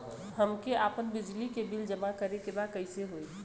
हमके आपन बिजली के बिल जमा करे के बा कैसे होई?